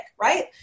Right